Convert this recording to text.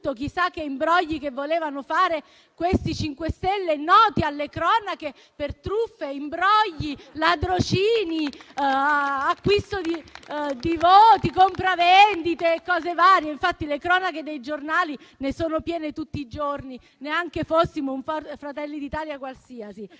chissà che imbrogli volevano fare quelli del MoVimento 5 Stelle, noti alle cronache per truffe, imbrogli, latrocini, acquisto di voti, compravendite e cose varie. Infatti, le cronache dei giornali ne sono piene tutti i giorni, neanche fossimo un Fratelli d'Italia qualsiasi.